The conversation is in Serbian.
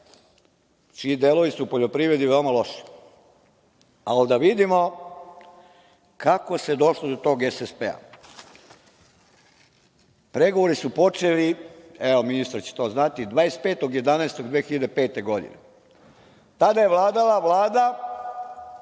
čiji delovi su u poljoprivredi veoma loši, ali da vidimo kako se došlo do tog SSP? Pregovori su počeli, evo, ministar će to znati 25.11.2005. godine. Tada je vladala Vlada